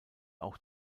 auch